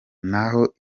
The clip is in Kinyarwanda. naho